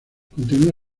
continúa